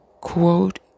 Quote